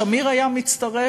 שמיר היה מצטרף,